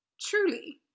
Truly